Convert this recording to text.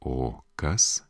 o kas